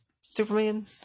Superman